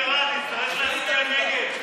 אין ברירה, נצטרך להצביע נגד.